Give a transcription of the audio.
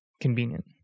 convenient